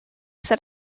set